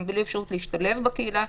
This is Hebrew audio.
בלי אפשרות להשתלב בקהילה,